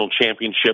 championship